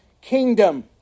kingdom